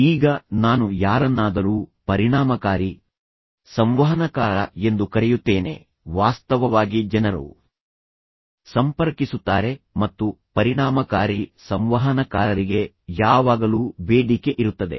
ಈಗ ನಾನು ಯಾರನ್ನಾದರೂ ಪರಿಣಾಮಕಾರಿ ಸಂವಹನಕಾರ ಎಂದು ಕರೆಯುತ್ತೇನೆ ವಾಸ್ತವವಾಗಿ ಜನರು ಸಂಪರ್ಕಿಸುತ್ತಾರೆ ಮತ್ತು ಪರಿಣಾಮಕಾರಿ ಸಂವಹನಕಾರರಿಗೆ ಯಾವಾಗಲೂ ಬೇಡಿಕೆ ಇರುತ್ತದೆ